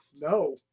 No